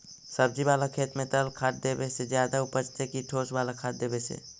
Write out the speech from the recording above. सब्जी बाला खेत में तरल खाद देवे से ज्यादा उपजतै कि ठोस वाला खाद देवे से?